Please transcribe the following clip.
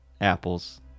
apples